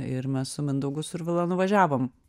ir mes su mindaugu survila nuvažiavom